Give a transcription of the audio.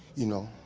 you know,